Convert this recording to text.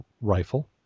rifle